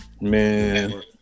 Man